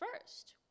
first